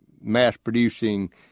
mass-producing